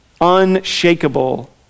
unshakable